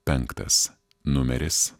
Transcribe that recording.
penktas numeris